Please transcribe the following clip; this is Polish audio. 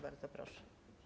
Bardzo proszę.